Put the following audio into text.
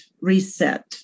reset